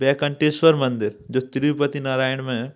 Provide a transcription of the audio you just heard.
वेंकटेश्वर मंदिर जो तिरुपति नारायण में है